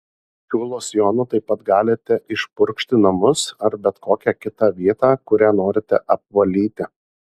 šiuo losjonu taip pat galite išpurkšti namus ar bet kokią kitą vietą kurią norite apvalyti